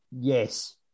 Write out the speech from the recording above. Yes